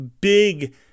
big